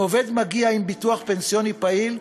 אם עובד מגיע עם ביטוח פנסיוני פעיל,